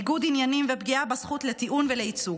ניגוד עניינים ופגיעה בזכות לטיעון ולייצוג.